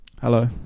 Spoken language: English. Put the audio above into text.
Hello